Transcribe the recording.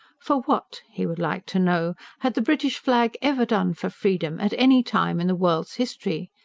for what, he would like to know, had the british flag ever done for freedom, at any time in the world's history?